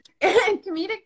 Comedic